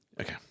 Okay